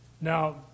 Now